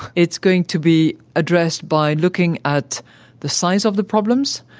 it's going to be addressed by looking at the size of the problems,